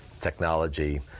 technology